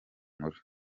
mula